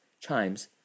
chimes